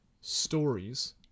stories